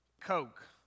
Coke